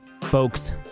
folks